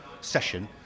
session